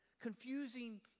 Confusing